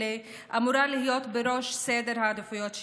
האלה אמורה להיות בראש סדר העדיפויות שלנו.